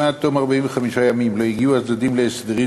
אם עד תום 45 הימים לא הגיעו הצדדים להסדרים